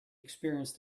experienced